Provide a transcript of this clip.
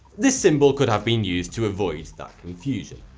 this symbol could have been used to avoid that confusion.